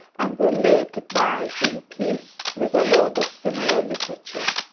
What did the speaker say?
and were laid by in peace, with a load of similar literature.